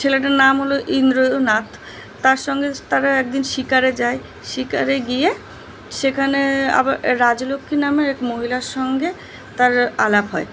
ছেলেটার নাম হল ইন্দ্রনাথ তার সঙ্গে তারা একদিন শিকারে যায় শিকারে গিয়ে সেখানে আবার রাজলক্ষ্মী নামের এক মহিলার সঙ্গে তার আলাপ হয়